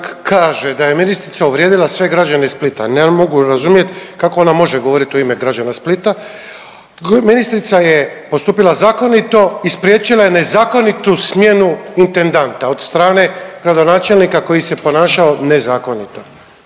da je ministrica uvrijedila sve građane Splita. Ne mogu razumjeti kako ona može govoriti u ime građana Splita. Ministrica je postupila zakonito i spriječila je nezakonitu smjenu intendanta od strane gradonačelnika koji se ponašao nezakonito.